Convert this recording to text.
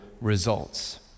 results